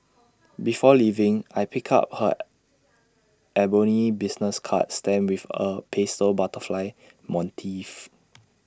before leaving I pick up her ebony business card stamped with A pastel butterfly motif